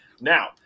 Now